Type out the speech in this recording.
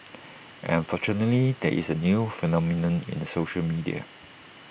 and unfortunately there is A new phenomenon in the social media